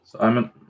Simon